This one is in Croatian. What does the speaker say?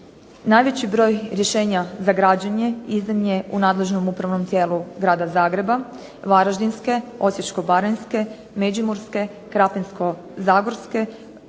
Najveći broj rješenja za građenje izdan je u nadležnom upravnom tijelu Grada Zagreba, Varaždinske, Osječko-baranjske, Međimurske, Krapinsko-zagorske